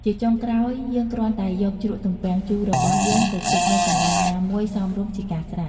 ជាចុងក្រោយ យើងគ្រាន់តែយកជ្រក់ទំពាំងជូររបស់យើងទៅទុកនៅកន្លែងណាមួយសមរម្យជាការស្រេច។